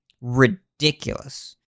Ridiculous